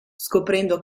scoprendo